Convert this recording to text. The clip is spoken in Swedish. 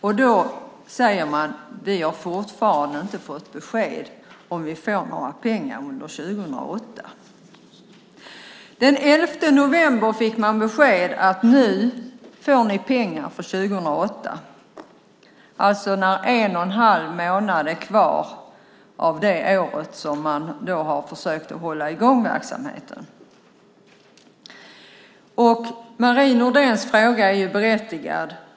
Nu säger Eldrimner: Vi har fortfarande inte fått besked om ifall vi får några pengar under 2008. Den 11 november fick de beskedet att de skulle få pengar för 2008 - alltså när en och en halv månad är kvar av det år som man har försökt hålla i gång verksamheten. Marie Nordéns fråga är berättigad.